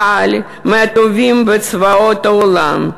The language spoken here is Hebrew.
צה"ל, מהטובים בצבאות העולם,